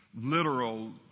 literal